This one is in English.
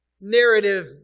narrative